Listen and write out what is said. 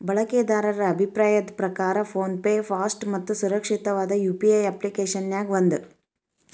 ಬಳಕೆದಾರರ ಅಭಿಪ್ರಾಯದ್ ಪ್ರಕಾರ ಫೋನ್ ಪೆ ಫಾಸ್ಟ್ ಮತ್ತ ಸುರಕ್ಷಿತವಾದ ಯು.ಪಿ.ಐ ಅಪ್ಪ್ಲಿಕೆಶನ್ಯಾಗ ಒಂದ